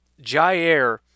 Jair